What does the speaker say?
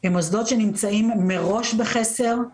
הם מוסדות שנמצאים מראש בחסר,